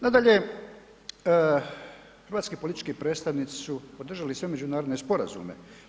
Nadalje, hrvatski politički predstavnici su podržali sve međunarodne sporazume.